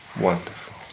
wonderful